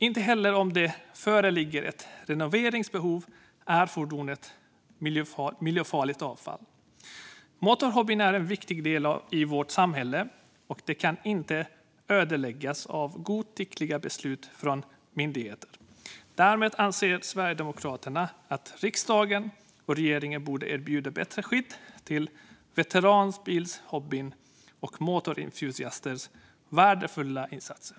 Inte heller om det föreligger ett renoveringsbehov är fordonet miljöfarligt avfall. Motorhobbyn är en viktig del av vårt samhälle, och den får inte ödeläggas av godtyckliga beslut från myndigheter. Därmed anser Sverigedemokraterna att riksdagen och regeringen borde erbjuda bättre skydd av veteranbilshobbyns och motorentusiasternas värdefulla insatser.